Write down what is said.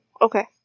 okay